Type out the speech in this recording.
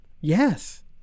Yes